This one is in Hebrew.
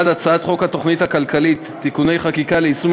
1. הצעת חוק התוכנית הכלכלית (תיקוני חקיקה ליישום